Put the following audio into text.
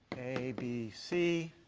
a, b, c,